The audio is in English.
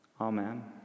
Amen